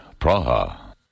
Praha